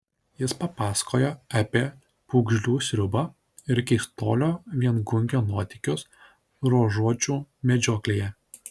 jis papasakojo apie pūgžlių sriubą ir keistuolio viengungio nuotykius ruožuočių medžioklėje